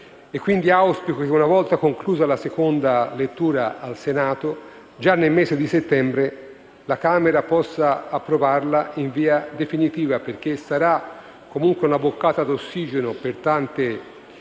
e quindi auspico che, una volta conclusa la seconda lettura al Senato, già nel mese di settembre la Camera possa approvarlo in via definitiva, in quanto rappresenterà comunque una boccata d'ossigeno per tante piccole